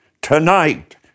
tonight